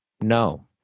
no